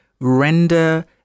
render